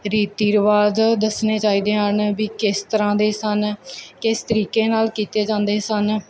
ਰੀਤੀ ਰਿਵਾਜ ਦੱਸਣੇ ਚਾਹੀਦੇ ਹਨ ਵੀ ਕਿਸ ਤਰ੍ਹਾਂ ਦੇ ਸਨ ਕਿਸ ਤਰੀਕੇ ਨਾਲ ਕੀਤੇ ਜਾਂਦੇ ਸਨ